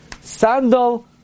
Sandal